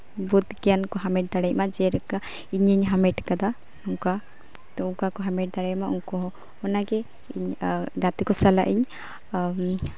ᱵᱩᱫᱽ ᱜᱮᱭᱟᱱ ᱠᱚ ᱦᱟᱢᱮᱴ ᱡᱚᱱᱟᱜ ᱢᱟ ᱡᱮᱞᱮᱠᱟ ᱤᱧᱤᱧ ᱦᱟᱢᱮᱴ ᱠᱟᱫᱟ ᱚᱱᱠᱟ ᱚᱱᱠᱟ ᱠᱚ ᱦᱟᱢᱮᱴ ᱫᱟᱲᱮᱭᱟᱜ ᱢᱟ ᱩᱱᱠᱩ ᱦᱚᱸ ᱚᱱᱟᱜᱮ ᱤᱧ ᱜᱟᱛᱮ ᱠᱚ ᱥᱟᱞᱟᱜ ᱤᱧ